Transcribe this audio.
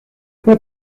fue